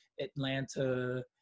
Atlanta